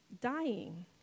dying